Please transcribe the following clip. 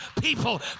people